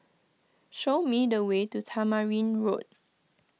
show me the way to Tamarind Road